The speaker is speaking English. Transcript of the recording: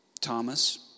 Thomas